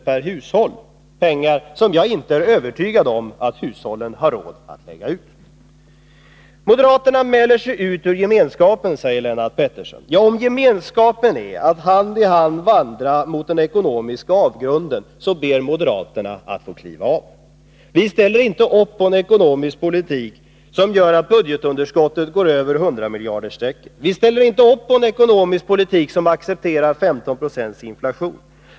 per hushåll — pengar som jag inte är övertygad om att hushållen har råd att lägga ut. Moderaterna mäler sig ut ur gemenskapen, säger Lennart Pettersson. Ja, om gemenskapen är att hand i hand vandra mot den ekonomiska avgrunden, så ber moderaterna att få kliva av. Vi ställer inte upp på en ekonomisk politik som gör att budgetunderskottet går över hundramiljardersstrecket. Vi ställer inte upp på en politik som accepterar 15 9 inflation.